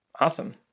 Awesome